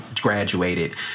graduated